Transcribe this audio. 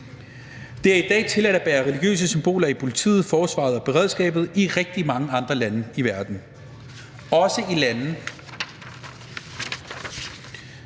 Det er i dag tilladt at bære religiøse symboler i politiet, forsvaret og beredskabet i rigtig mange andre lande i verden, også i lande,